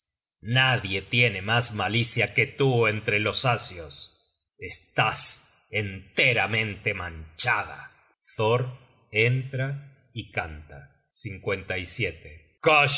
nadie tiene mas malicia que tú entre los asios estás enteramente manchada thor entra y canta